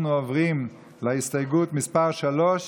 אנחנו עוברים להסתייגות מס' 3,